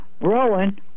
Rowan